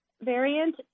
variant